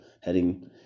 heading